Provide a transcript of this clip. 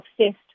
obsessed